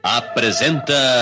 apresenta